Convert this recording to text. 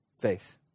faith